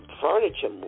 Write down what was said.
furniture